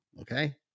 Okay